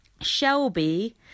Shelby